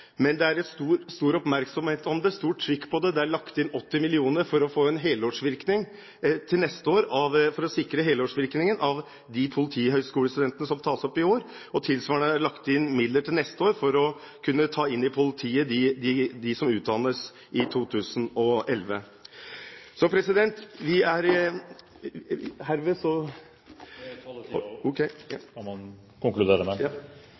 men det er en stor oppmerksomhet om det, et stort trykk på det – det er lagt inn 80 mill. kr for å få en helårsvirkning til neste år for å sikre helårsvirkningen av de politihøgskolestudentene som tas opp i år. Tilsvarende er det lagt inn midler til neste år for å kunne ta inn i politiet de som utdannes i 2011. Så vi er … Taletiden er over, kan man konkludere med. Det